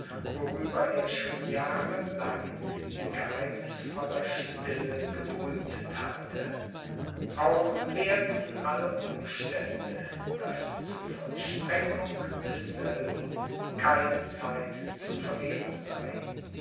worüber er schon jahre lang in geheimnißvoller stille gebrütet hatte auch lehrten alle umstände daß zu vollstreckung desselben keine zeit zu verlieren sei